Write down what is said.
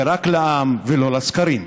ורק לעם ולא לסקרים.